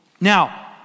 Now